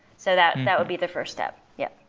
so that and that would be the first step yeah.